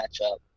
matchup